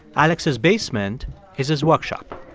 alex's basement is his workshop.